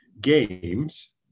games